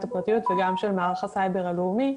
הפרטיות וגם של מערך הסייבר הלאומי,